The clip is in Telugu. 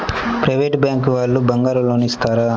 ప్రైవేట్ బ్యాంకు వాళ్ళు బంగారం లోన్ ఇస్తారా?